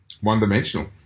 one-dimensional